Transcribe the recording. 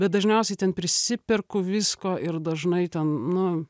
bet dažniausiai ten prisiperku visko ir dažnai ten nu